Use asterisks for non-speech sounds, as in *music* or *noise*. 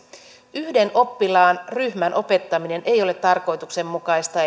yhden oppilaan ryhmän opettaminen ei ole tarkoituksenmukaista *unintelligible*